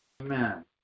Amen